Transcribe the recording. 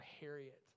Harriet